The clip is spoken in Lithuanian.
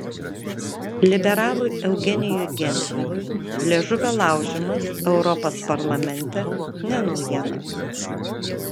liberalui eugenijui gentvilui liežuvio laužymas europos parlamente ne naujiena